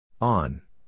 On